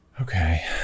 Okay